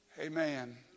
Amen